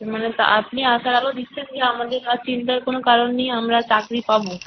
মানে তা আপনি আশার আলো দিচ্ছেন নিয়ে আমাদের আর চিন্তার কোনো কারণ নেই আমরা চাকরি পাবো